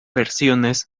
versiones